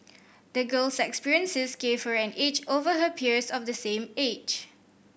the girl's experiences gave her an edge over her peers of the same age